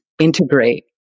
integrate